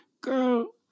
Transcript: Girl